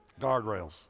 Guardrails